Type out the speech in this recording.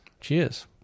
Cheers